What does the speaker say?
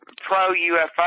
pro-UFO